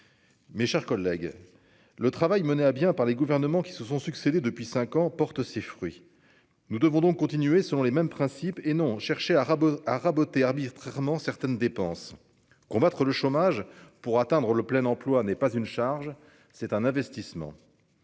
mes chers collègues, le travail mené à bien par les gouvernements qui se sont succédé depuis 5 ans, porte ses fruits, nous devons donc continuer selon les mêmes principes et non chercher à Rabat a raboté arbitrairement certaines dépenses combattre le chômage, pour atteindre le plein emploi n'est pas une charge, c'est un investissement,